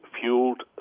fueled